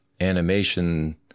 animation